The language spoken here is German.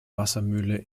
wassermühle